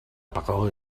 parole